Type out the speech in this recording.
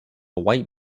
white